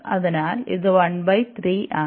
അതിനാൽ ഇത് 13 ആണ്